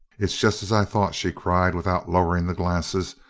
it's just as i thought, she cried, without lowering the glasses.